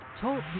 Talk